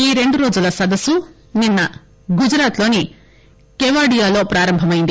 ఈరెండు రోజుల సదస్సు నిన్న గుజరాత్ లోని కేవడియా లో ప్రారంభమైంది